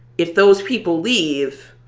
if those people leave,